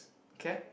cat